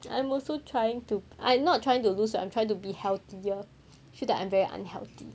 I'm also trying to I'm not trying to lose what I'm trying to be healthier should that I'm very unhealthy